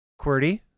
QWERTY